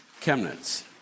Chemnitz